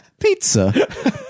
Pizza